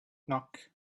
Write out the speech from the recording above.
knock